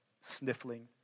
sniffling